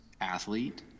athlete